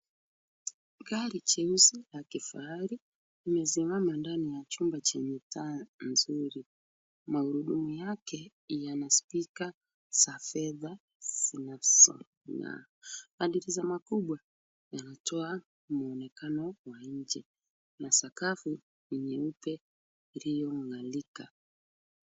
Gari jeusi la kifahari limesimama ndani ya chumba chenye taa nzuri. Magurudumu yake yana sticker za fedha zinazong'aa. Kwa mtazamo mkubwa yanatwaa muonekano ya nje, na sakafu ni nyeupe iliyong'arika.